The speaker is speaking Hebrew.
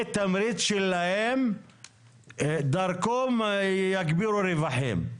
שהעניין הזה לא יהיה תמריץ שלהם שדרכו הם יגבירו רווחים.